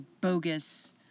bogus